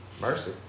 Mercy